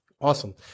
Awesome